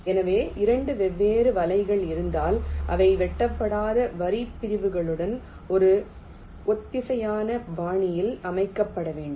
ஆகவே 2 வெவ்வேறு வலைகள் இருந்தால் அவை வெட்டப்படாத வரிப் பிரிவுகளுடன் ஒரு ஒத்திசைவான பாணியில் அமைக்கப்பட வேண்டும்